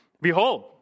Behold